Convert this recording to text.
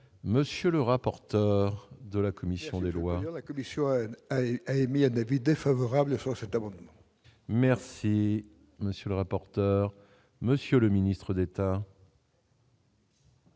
monsieur le rapporteur de la commission des lois. La commission a émis un avis défavorable sur cet amendement. Merci, monsieur le rapporteur, monsieur le ministre d'État.